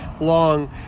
long